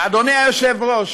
אדוני היושב-ראש,